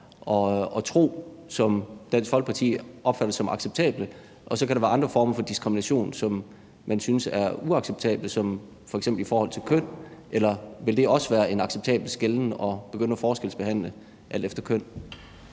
og tro, som Dansk Folkeparti opfatter som acceptable, og at der så kan være andre former for diskrimination, som man synes er uacceptable, f.eks. i forhold til køn – eller ville det også være en acceptabel skelnen at begynde at forskelsbehandle alt efter køn?